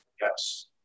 Yes